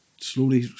slowly